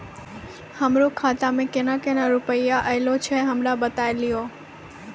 हमरो खाता मे केना केना रुपैया ऐलो छै? हमरा बताय लियै?